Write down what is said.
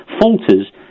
falters